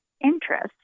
interest